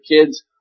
kids